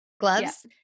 Gloves